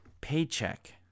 paycheck